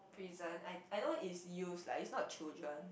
prison I I know is youths lah is not children